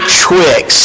Twix